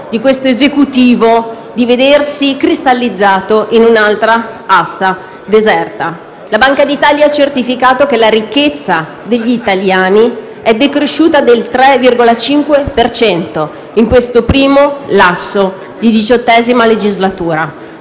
di questo Esecutivo di vedersi cristallizzato in un'altra asta deserta. La Banca d'Italia ha certificato che la ricchezza degli italiani è diminuita del 3,5 per cento in questa prima parte della XVIII legislatura